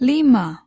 Lima